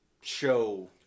show